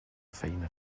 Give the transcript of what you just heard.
feina